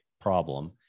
problem